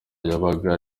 yabaga